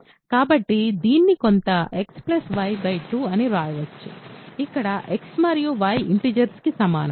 కాబట్టి దీన్ని కొంత x y 2 అని వ్రాయవచ్చు ఇక్కడ x మరియు y ఇంటిజర్స్ కి సమానం